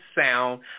sound